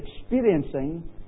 experiencing